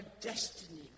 destiny